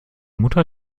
mutter